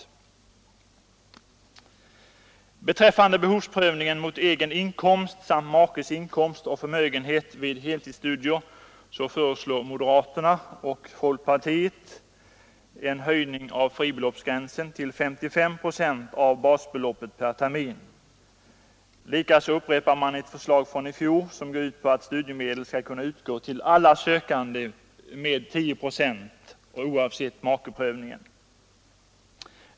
Vad beträffar behovsprövningen mot egen inkomst samt makes inkomst och förmögenhet vid heltidsstudier föreslår moderata samlingspartiet och folkpartiet en höjning av fribeloppsgränsen till 55 procent av basbeloppet per familj. Likaså upprepar man ett förslag från i fjol, som går ut på att studiemedel skall kunna utgå till alla sökande med 10 procent, oavsett makeprövningen.